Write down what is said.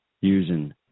using